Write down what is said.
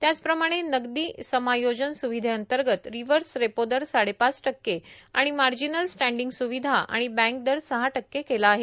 त्याचप्रमाणे नगदी समायोजन सुविधेअंतर्गत रिव्हर्स रेपोदर साडेपाच टक्के आणि मार्जिनल स्टँडिंग सुविधा आणि बँक दर सहा टक्के केला आहे